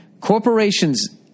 Corporations